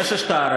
יש השקעה,